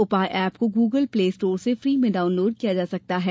उपाय एप को Google play store से फ्री में डाउनलोड किया जा सकता है